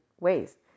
ways